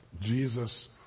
Jesus